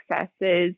successes